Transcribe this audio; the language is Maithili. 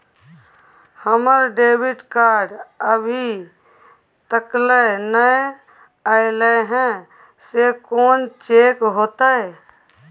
हमर डेबिट कार्ड अभी तकल नय अयले हैं, से कोन चेक होतै?